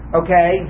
okay